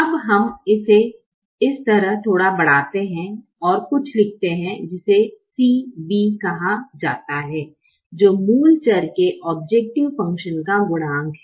अब हम इसे इस तरफ थोड़ा बढ़ाते हैं और कुछ लिखते हैं जिसे CB कहा जाता है जो मूल चर के औब्जैकटिव फंकशन का गुणांक है